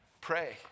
Pray